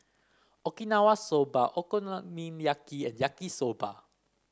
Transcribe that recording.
Okinawa Soba Okonomiyaki and Yaki Soba